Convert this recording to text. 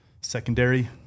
secondary